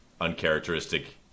uncharacteristic